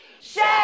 Shame